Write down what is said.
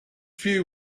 view